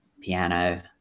piano